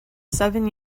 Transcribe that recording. seven